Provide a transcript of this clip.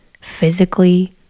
physically